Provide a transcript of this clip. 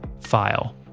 file